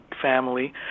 family